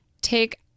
take